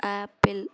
apple